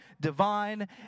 divine